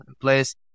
place